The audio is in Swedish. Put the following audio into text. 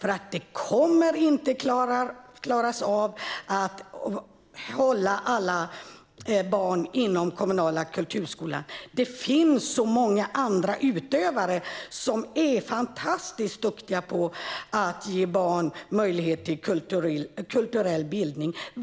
Man kommer inte att klara av att hålla alla barn inom den kommunala kulturskolan. Det finns många andra utövare som är fantastiskt duktiga på att ge barn möjlighet till kulturell bildning.